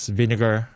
vinegar